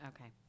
Okay